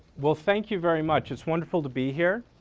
well, thank you very much. it's wonderful to be here.